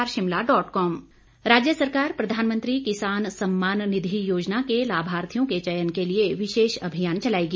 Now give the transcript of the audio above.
मुख्यमंत्री राज्य सरकार प्रधानमंत्री किसान सम्माननिधि योजना के लाभार्थियों के चयन के लिए विशेष अभियान चलाएगी